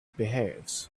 behaves